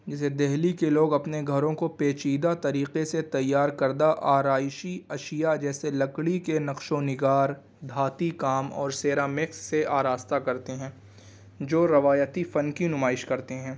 جیسے دلی کے لوگ اپنے گھروں کو پیچیدہ طریقے سے تیار کردہ آرائشی اشیاء جیسے لکڑی کے نقش و نگار دھاتی کام اور سیرامکس سے آراستہ کرتے ہیں جو روایتی فن کی نمائش کرتے ہیں